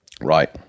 Right